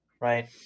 right